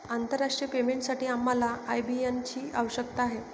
आंतरराष्ट्रीय पेमेंटसाठी आम्हाला आय.बी.एन ची आवश्यकता आहे